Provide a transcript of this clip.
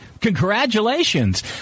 Congratulations